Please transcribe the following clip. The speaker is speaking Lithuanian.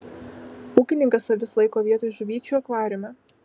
ūkininkas avis laiko vietoj žuvyčių akvariume